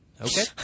Okay